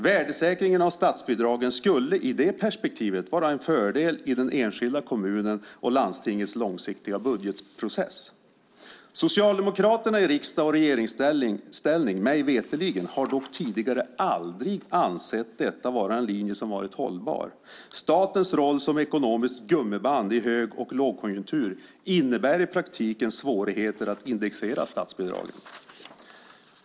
Värdesäkringen av statsbidragen skulle i det perspektivet vara en fördel i den enskilda kommunen och i landstingets långsiktiga budgetprocess. Socialdemokraterna såväl i riksdagen som i regeringsställning har dock, mig veterligt, aldrig tidigare ansett detta vara en hållbar linje. Statens roll som ekonomiskt gummiband i både hög och lågkonjunktur innebär i praktiken svårigheter att indexera statsbidragen.